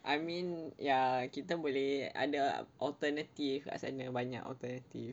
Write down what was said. I mean ya kita boleh ada alternative kat sana banyak alternative